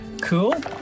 Cool